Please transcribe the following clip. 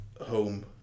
home